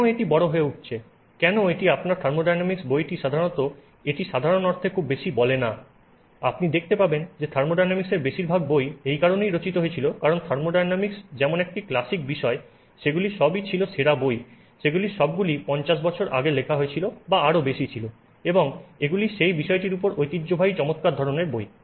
কেন এটি বড় হয়ে উঠেছে কেন এটি আপনার থার্মোডাইনামিক্স বইটি সাধারণত এটি সাধারণ অর্থে খুব বেশি বলে না আপনি দেখতে পাবেন যে থার্মোডাইনামিক্সের বেশিরভাগ বই এই কারণেই রচিত হয়েছিল কারণ থার্মোডাইনামিক্স যেমন একটি ক্লাসিক বিষয় সেগুলি সবই ছিল সেরা বই সেগুলি সবগুলি 50 বছর আগে লেখা হয়েছিল বা আরও বেশি ছিল এবং এগুলি সেই বিষয়টির উপর ঐতিহ্যবাহী চমৎকার ধরণের বই